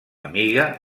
amiga